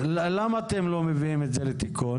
למה אתם לא מביאים את זה לתיקון?